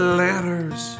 letters